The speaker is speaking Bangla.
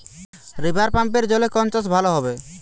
রিভারপাম্পের জলে কোন চাষ ভালো হবে?